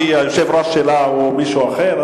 כי היושב-ראש שלה הוא מישהו אחר?